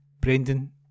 Brendan